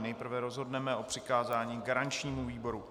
Nejprve rozhodneme o přikázání garančnímu výboru.